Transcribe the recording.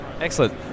Excellent